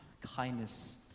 kindness